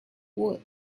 wool